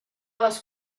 les